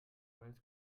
wales